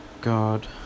God